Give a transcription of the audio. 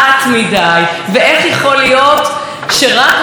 זה מתכתב בדיוק עם הדברים שנאמרו פה על ידי ראש ממשלה,